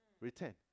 Return